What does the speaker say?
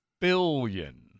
billion